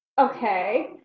Okay